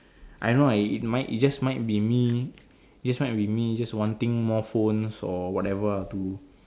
I know ah it might it just might be me it just might be me just wanting more phones or whatever ah to